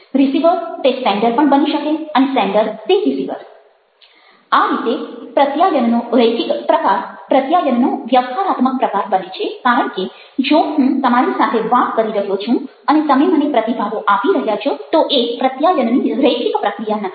receiver તે sender પણ બની શકે અને સેન્ડર તે રિસીવર આ રીતે પ્રત્યાયનનો રૈખિક પ્રકાર પ્રત્યાયનનો વ્યવહારાત્મક પ્રકાર બને છે કારણ કે જો હું તમારી સાથે વાત કરી રહ્યો છું અને તમે મને પ્રતિભાવો આપી રહ્યા છો તો એ પ્રત્યાયનની રૈખિક પ્રક્રિયા નથી